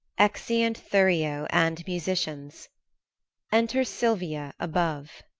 exeunt thurio and musicians enter silvia above,